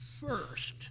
first